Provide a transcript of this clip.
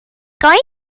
going